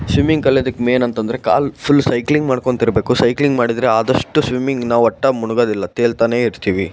swimming ಕಲ್ಯೋದಕ್ಕೆ main ಅಂತ ಅಂದ್ರೆ ಕಾಲು ಫುಲ್ ಸೈಕ್ಲಿಂಗ್ ಮಾಡ್ಕೊಳ್ತಿರ್ಬೇಕು ಸೈಕ್ಲಿಂಗ್ ಮಾಡಿದರೆ ಆದಷ್ಟು ಸ್ವಿಮ್ಮಿಂಗ್ ನಾವು ಒಟ್ಟು ಮುಳುಗೋದಿಲ್ಲ ತೇಲ್ತಲೇ ಇರ್ತೀವಿ